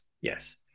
yes